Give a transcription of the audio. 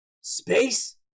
space